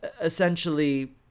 essentially